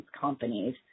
companies